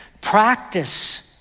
practice